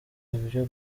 ibyo